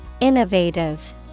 Innovative